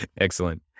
excellent